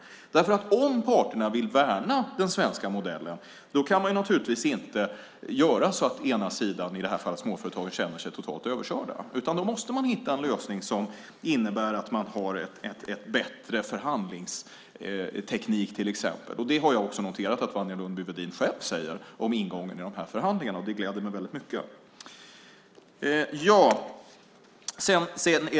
Om parterna vill värna den svenska modellen kan inte man göra så att den ena sidan, i det här fallet småföretagen, känner sig totalt överkörda, utan då måste man hitta en lösning som innebär att man har en bättre förhandlingsteknik till exempel. Det har jag också noterat att Wanja Lundby-Wedin själv säger om ingången i de här förhandlingarna, och det gläder mig väldigt mycket.